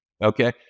Okay